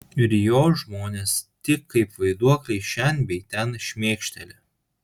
ir jo žmonės tik kaip vaiduokliai šen bei ten šmėkšteli